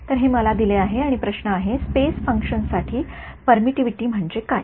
तर हे मला दिले आहे आणि प्रश्न आहे स्पेस फंक्शन साठी परमिटिव्हिटी म्हणजे काय